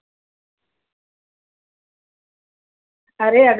कितने कितने में पड़ रहा उन सबका दाम हमें बता दीजिए